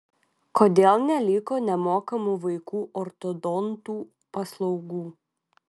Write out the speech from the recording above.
kodėl neliko nemokamų vaikų ortodontų paslaugų